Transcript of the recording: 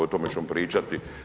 O tome ćemo pričati?